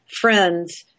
friends